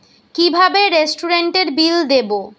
কিভাবে রেস্টুরেন্টের বিল দেবো?